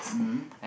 mm